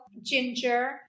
ginger